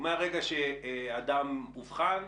הוא מרגע שאדם אובחן,